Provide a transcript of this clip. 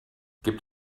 gibt